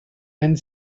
and